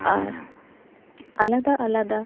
ᱟᱨ ᱟᱞᱟᱫᱟ ᱟᱞᱟᱫᱟ